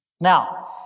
Now